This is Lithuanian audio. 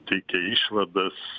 teikia išvadas